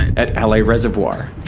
at la reservoir.